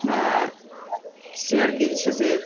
शेयरके जे छै से